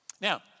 Now